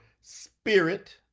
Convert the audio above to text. spirit